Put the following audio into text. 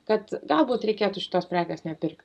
kad galbūt reikėtų šitos prekės nepirkti